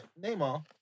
Neymar